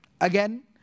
Again